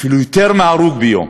אפילו יותר מהרוג ביום.